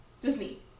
Disney